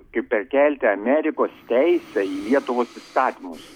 kaip perkelti amerikos teisę į lietuvos įstatymus